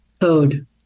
code